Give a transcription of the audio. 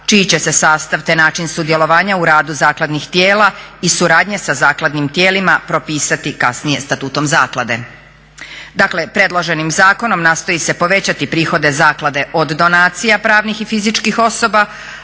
čiji će se sastav, te način sudjelovanja u radu zakladnih tijela i suradnje sa zakladnim tijelima propisati kasnije statutom zaklade. Dakle predloženim zakonom nastoji se povećati prihode zaklade od donacija pravnih i fizičkih osoba,